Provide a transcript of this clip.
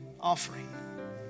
offering